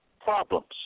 problems